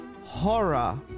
horror